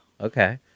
okay